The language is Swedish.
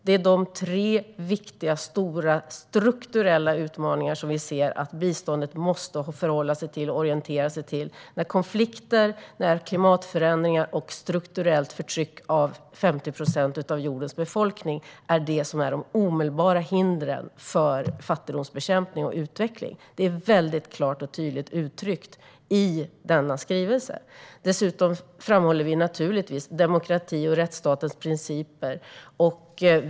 Det är de tre viktiga stora strukturella utmaningar som vi ser att biståndet måste förhålla sig till och orientera sig omkring. Konflikter, klimatförändringar och strukturellt förtryck av 50 procent av jordens befolkning är det som är de omedelbara hindren för fattigdomsbekämpning och utveckling. Det är klart och tydligt uttryckt i denna skrivelse. Dessutom framhåller vi naturligtvis demokrati och rättsstatens principer.